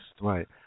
Right